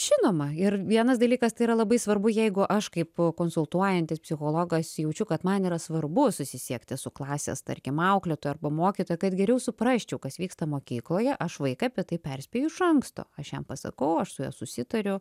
žinoma ir vienas dalykas tai yra labai svarbu jeigu aš kaip konsultuojantis psichologas jaučiu kad man yra svarbu susisiekti su klasės tarkim auklėtoja arba mokytoja kad geriau suprasčiau kas vyksta mokykloje aš vaiką apie tai perspėju iš anksto aš jam pasakau aš su ja susitariu